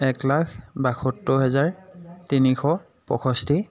এক লাখ বাসত্তৰ হাজাৰ তিনিশ পষষ্ঠি